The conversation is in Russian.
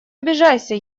обижайся